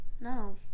No